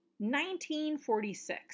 1946